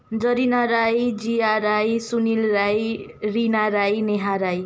Zarina Rai Jiya Rai Sunil Rai Rina Rai Neha Rai